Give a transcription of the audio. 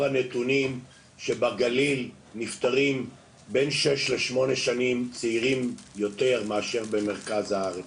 הנתונים שבגליל נפטרים בין שש לשמונה שנים צעירים יותר מאשר במרכז הארץ.